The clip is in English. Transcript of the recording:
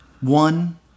one